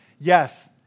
Yes